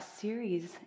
series